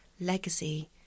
legacy